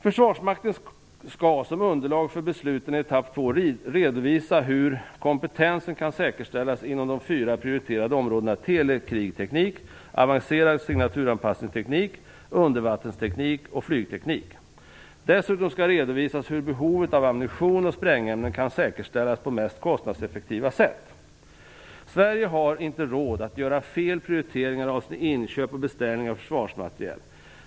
Försvarsmakten skall som underlag för besluten i etapp 2 redovisa hur kompetensen kan säkerställas inom de fyra prioriterade områdena telekrigteknik, avancerad signaturanpassningsteknik, undervattensteknik och flygteknik. Dessutom skall redovisas hur behovet av ammunition och sprängämnen kan säkerställas på mest kostnadseffektiva sätt. Sverige har inte råd att göra fel prioriteringar avseende inköp och beställningar av försvarsmateriel.